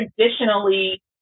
traditionally